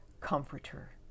comforter